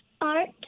Art